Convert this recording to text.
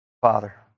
Father